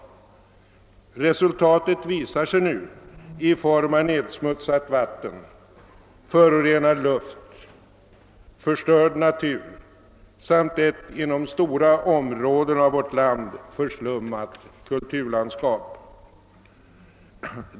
Resultatet visar sig nu i form av nedsmutsat vatten, förorenad luft, förstörd natur samt ett inom stora delar av vårt land förslummat kulturlandskap.